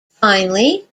finally